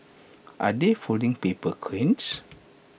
are they folding paper cranes